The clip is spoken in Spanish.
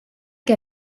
que